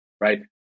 right